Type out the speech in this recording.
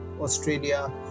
australia